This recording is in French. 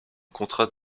contrat